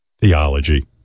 theology